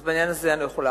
אז בעניין הזה אני לא יכולה.